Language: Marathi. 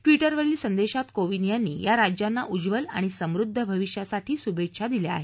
ट्विटर वरील संदेशात कोंविद यांनी या राज्याना उज्जवल आणि समृद्ध भविष्यासाठी शुभेच्छा दिल्या आहेत